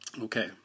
Okay